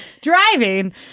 driving